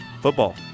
football